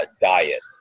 diet